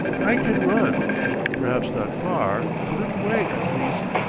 i can run perhaps not far a little way, at least.